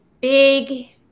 big